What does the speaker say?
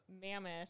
mammoth